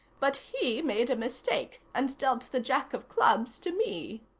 but he made a mistake, and dealt the jack of clubs to me.